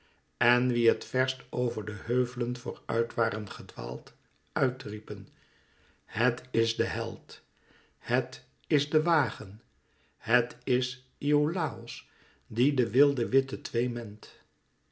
en wie het verst over de heuvelen vooruit waren gedwaald uit riepen het is de held het is de wagen het is iolàos die de wilde witte twee ment